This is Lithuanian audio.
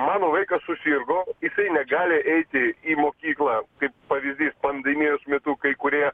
mano vaikas susirgo jisai negali eiti į mokyklą kaip pavyzdys pandemijos metu kai kurie